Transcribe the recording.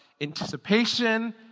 anticipation